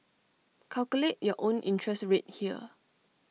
calculate your own interest rate here